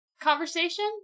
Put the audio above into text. conversation